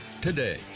today